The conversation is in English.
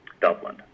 Dublin